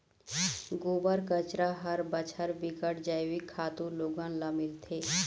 गोबर, कचरा हर बछर बिकट जइविक खातू लोगन ल मिलथे